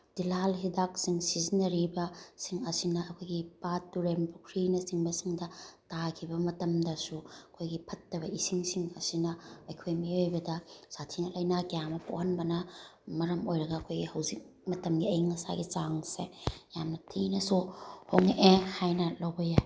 ꯇꯤꯜꯍꯥꯠ ꯍꯤꯗꯥꯛꯁꯤꯡ ꯁꯤꯖꯤꯟꯅꯔꯤꯕꯁꯤꯡ ꯑꯁꯤꯅ ꯑꯩꯈꯣꯏꯒꯤ ꯄꯥꯠ ꯇꯨꯔꯦꯟ ꯄꯨꯈ꯭ꯔꯤꯅꯆꯤꯡꯕꯁꯤꯡꯗ ꯇꯥꯈꯤꯕ ꯃꯇꯝꯗꯁꯨ ꯑꯩꯈꯣꯏꯒꯤ ꯐꯠꯇꯕ ꯏꯁꯤꯡꯁꯤꯡ ꯑꯁꯤꯅ ꯑꯩꯈꯣꯏ ꯃꯤꯑꯣꯏꯕꯗ ꯁꯥꯊꯤꯅ ꯂꯩꯅꯥ ꯀꯌꯥ ꯑꯃ ꯄꯣꯛꯍꯟꯕꯅ ꯃꯔꯝ ꯑꯣꯏꯔꯒ ꯑꯩꯈꯣꯏ ꯍꯧꯖꯤꯛ ꯃꯇꯝꯒꯤ ꯑꯏꯪ ꯑꯁꯥꯒꯤ ꯆꯥꯡꯁꯦ ꯌꯥꯝꯅ ꯊꯤꯅꯁꯨ ꯍꯣꯡꯉꯛꯑꯦ ꯍꯥꯏꯅ ꯂꯧꯕ ꯌꯥꯏ